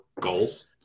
goals